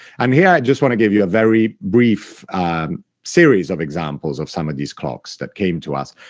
and here, i just want to give you a very brief series of examples of some of these clocks that came to us.